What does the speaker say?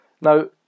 Now